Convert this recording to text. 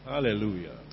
Hallelujah